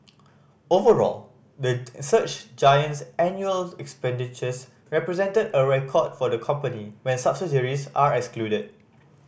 overall the search giant's annual expenditures represented a record for the company when subsidiaries are excluded